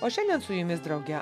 o šiandien su jumis drauge